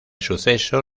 suceso